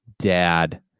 Dad